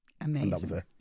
Amazing